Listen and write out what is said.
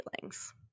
feelings